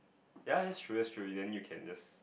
ya that's true that's true then you can just